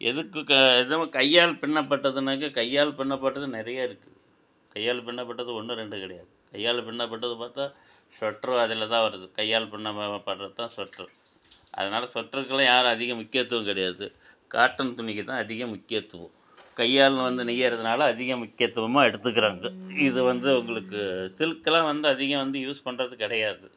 எதுக்கு க எதுவும் கையால் பின்னப்பட்டதுன்னாக்க கையால் பின்னப்பட்டது நிறைய இருக்கு கையால் பின்னப்பட்டது ஒன்று ரெண்டு கிடையாது கையால் பின்னப்பட்டது பார்த்தா ஸ்வெட்ரும் அதில் தான் வருது கையால் பின்ன பண்ணப்பபட்றது தான் ஸ்வெட்ரு அதனால் ஸ்வெட்டருக்குலாம் யாரும் அதிக முக்கியத்துவம் கிடையாது காட்டன் துணிக்கு தான் அதிக முக்கியத்துவம் கையால் வந்து நெய்யிறதுனால அதிக முக்கியத்துவமா எடுத்துக்குறாங்க இது வந்து உங்களுக்கு சில்க்லாம் வந்து அதிகம் வந்து யூஸ் பண்ணுறது கிடையாது